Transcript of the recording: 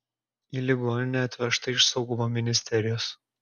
į ligoninę atvežta iš saugumo ministerijos